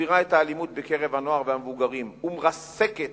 מגבירה את האלימות בקרב הנוער והמבוגרים ומרסקת